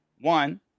One